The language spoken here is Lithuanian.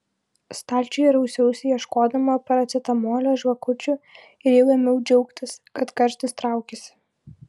stalčiuje rausiausi ieškodama paracetamolio žvakučių ir jau ėmiau džiaugtis kad karštis traukiasi